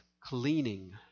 cleaning